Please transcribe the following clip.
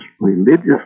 religious